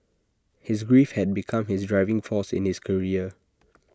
his grief had become his driving force in his career